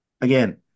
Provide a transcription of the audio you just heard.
again